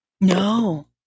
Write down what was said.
No